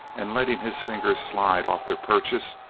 and letting his fingers slide off their purchase,